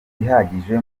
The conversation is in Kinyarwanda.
ihagije